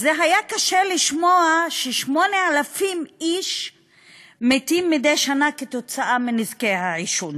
אז היה קשה לשמוע ש-8,000 איש מתים מדי שנה כתוצאה מנזקי העישון,